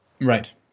Right